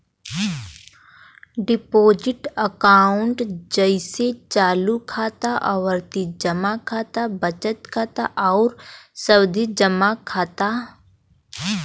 deposit account जइसे चालू खाता, आवर्ती जमा खाता, बचत खाता आउर सावधि जमा खाता